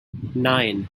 nine